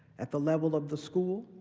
at the level of the school,